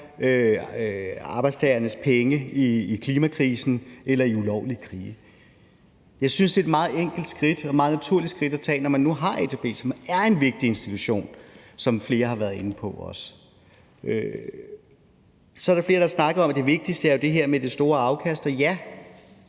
arbejdstagernes penge i klimakrisen eller i ulovlige krige. Jeg synes, det er et meget enkelt skridt og et meget naturligt skridt at tage, når man nu har ATP, som er en vigtig institution, som flere også har været inde på. Så er der flere, der har snakket om, at det vigtigste jo er det her med det store afkast. Og ja,